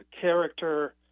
character